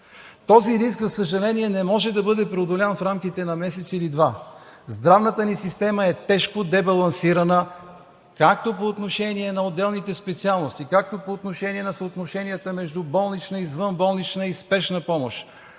Този риск, за съжаление, не може да бъде преодолян в рамките на месец или два. Здравната ни система е тежко дебалансирана както по отношение на отделните специалности, така и по отношение на съотношенията между болнична, извънболнична и спешна помощ